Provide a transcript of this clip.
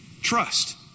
Trust